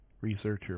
researcher